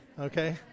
okay